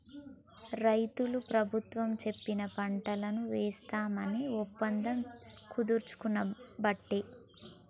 రైతులు ప్రభుత్వం చెప్పిన పంటలను పండిస్తాం అని ఒప్పందం కుదుర్చుకునబట్టే